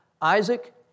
Isaac